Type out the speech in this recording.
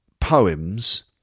poems